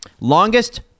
Longest